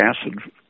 acid